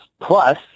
Plus